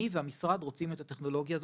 אני והמשרד רוצים את הטכנולוגיה הזאת,